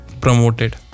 promoted